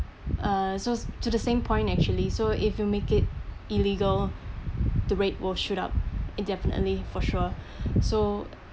uh so to the same point actually so if you make it illegal the rate will shoot up indefinitely for sure so